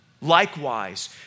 Likewise